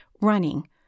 running